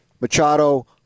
Machado